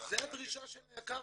זו הדרישה של היק"ר.